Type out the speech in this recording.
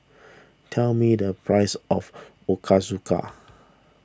tell me the price of Ochazuke